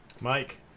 Mike